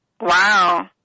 Wow